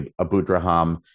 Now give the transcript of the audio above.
Abudraham